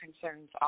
concerns